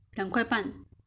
两块半